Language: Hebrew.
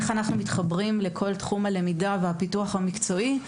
איך אנחנו מתחברים לכל תחום הלמידה והפיתוח המקצועי.